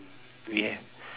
we